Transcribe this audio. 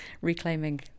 reclaiming